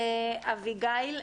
אביגיל,